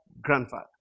grandfather